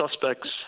suspects